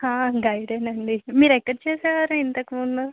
గైడేనండి మీరు ఎక్కడ చేసేవారు ఇంతకు ముందు